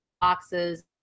boxes